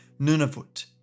Nunavut